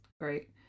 Great